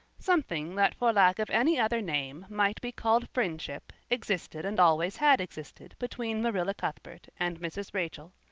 something that for lack of any other name might be called friendship existed and always had existed between marilla cuthbert and mrs. rachel,